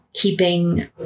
keeping